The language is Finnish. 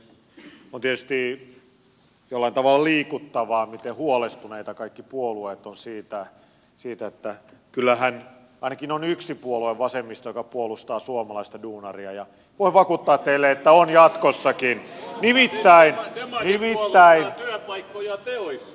on tietysti jollain tavalla liikuttavaa miten huolestuneita kaikki puolueet ovat siitä että kyllähän ainakin on yksi puolue vasemmisto joka puolustaa suomalaista duunaria ja voin vakuuttaa teille että on jatkossakin nimittää yhden tai paikkoja oli